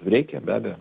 reikia be abejo